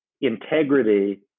integrity